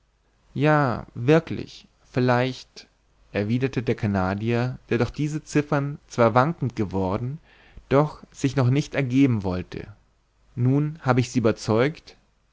ja wirklich vielleicht erwiderte der canadier der durch diese ziffern zwar wankend geworden doch sich noch nicht ergeben wollte nun hab ich sie überzeugt